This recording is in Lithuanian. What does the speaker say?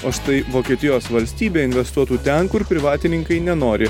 o štai vokietijos valstybė investuotų ten kur privatininkai nenori